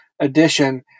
Edition